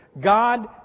God